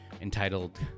entitled